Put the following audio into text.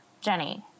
Jenny